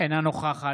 אינה נוכחת